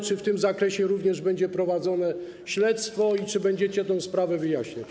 Czy w tym zakresie również będzie prowadzone śledztwo i czy będziecie tę sprawę wyjaśniać?